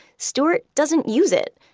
stuart doesn't use it.